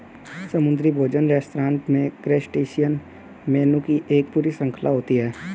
समुद्री भोजन रेस्तरां में क्रस्टेशियन मेनू की एक पूरी श्रृंखला होती है